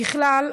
ככלל,